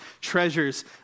treasures